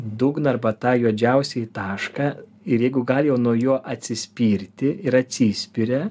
dugną arba tą juodžiausiąjį tašką ir jeigu gal jau nuo jo atsispirti ir atsispiria